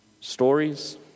stories